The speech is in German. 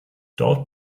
dort